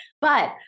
But-